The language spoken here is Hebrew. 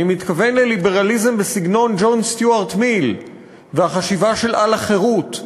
אני מתכוון לליברליזם בסגנון ג'ון סטיוארט מיל והחשיבה של "על החירות",